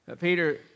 Peter